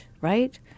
right